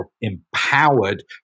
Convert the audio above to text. empowered